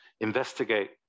investigate